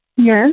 Yes